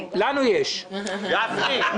לקחו הנדסאים אתיופים,